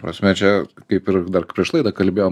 prasme čia kaip ir dar prieš laidą kalbėjom